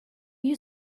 you